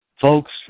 folks